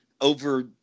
over